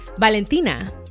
valentina